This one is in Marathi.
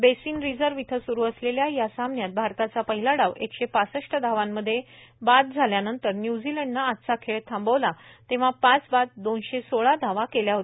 बेसीन रिझर्व्ह इथं सुरू असलेल्या या सामन्यात भारताचा पहिला डाव एकशे पासष्ट धावांमध्ये बाद झाल्यानंतर न्य्झीलंडनं आजचा खेळ थांबला तेंव्हा पाच बाद दोनशे सोळा धावा केल्या आहेत